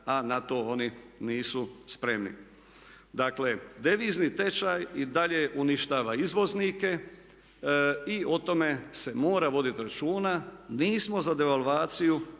a na to oni nisu spremni. Dakle, devizni tečaj i dalje uništava izvoznike i o tome se mora voditi računa. Nismo za devalvaciju,